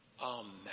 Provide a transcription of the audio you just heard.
Amen